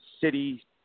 city